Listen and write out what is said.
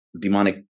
demonic